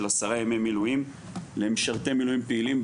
10 ימי מילואים למשרתי מילואים פעילים.